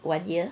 one year